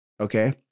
Okay